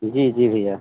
जी जी भैया